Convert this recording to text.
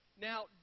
Now